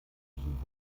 diesem